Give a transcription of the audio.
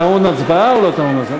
טעון הצבעה או לא טעון הצבעה?